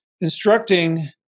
instructing